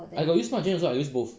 I got use Smartgen also I use both